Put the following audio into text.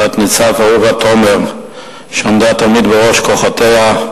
תת-ניצב אהובה תומר, שעמדה תמיד בראש כוחותיה,